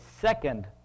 second